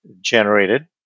generated